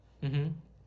mmhmm